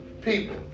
people